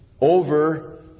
over